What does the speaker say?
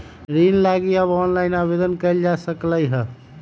ऋण लागी अब ऑनलाइनो आवेदन कएल जा सकलई ह